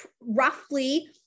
roughly